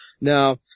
Now